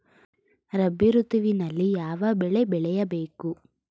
ರಾಬಿ ಋತುವಿನಲ್ಲಿ ಯಾವ ಬೆಳೆ ಬೆಳೆಯ ಬೇಕು?